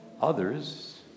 Others